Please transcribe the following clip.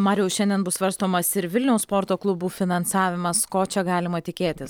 mariau šiandien bus svarstomas ir vilniaus sporto klubų finansavimas ko čia galima tikėtis